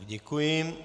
Děkuji.